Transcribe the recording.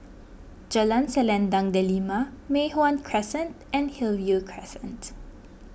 Jalan Selendang Delima Mei Hwan Crescent and Hillview Crescent